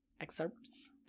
excerpts